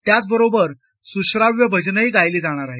त्याचबरोबर सुश्राव्य भजनही गायली जाणार आहेत